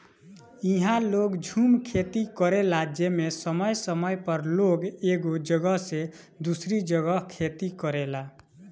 इहा लोग झूम खेती करेला जेमे समय समय पर लोग एगो जगह से दूसरी जगह खेती करेला